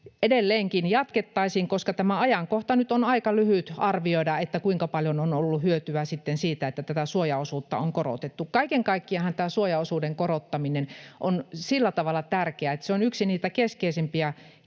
edelleenkin jatkettaisiin, koska tämä ajankohta nyt on aika lyhyt arvioida, kuinka paljon on ollut hyötyä sitten siitä, että tätä suojaosuutta on korotettu. Kaiken kaikkiaanhan tämä suojaosuuden korottaminen on sillä tavalla tärkeää, että se on yksi keskeisimmistä